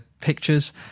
Pictures